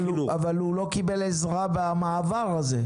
אני לא מבין מה שאתה